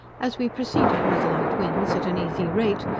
as we proceeded with light winds, at an easy rate,